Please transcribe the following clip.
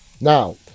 Now